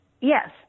yes